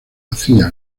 hacía